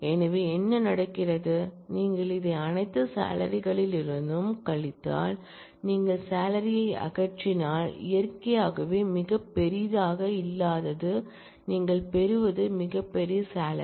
எனவே என்ன நடக்கிறது நீங்கள் இதை அனைத்து சாளரி களிலிருந்தும் கழித்தால் நீங்கள் சாளரி ஐ அகற்றினால் இயற்கையாகவே மிகப்பெரியதாக இல்லாதது நீங்கள் பெறுவது மிகப்பெரிய சாளரி